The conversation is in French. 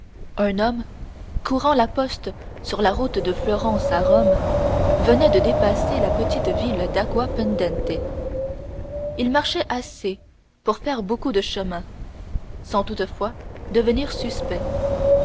un homme courant la poste sur la route de florence à rome venait de dépasser la petite ville d'aquapendente il marchait assez pour faire beaucoup de chemin sans toutefois devenir suspect